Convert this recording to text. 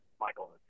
Michael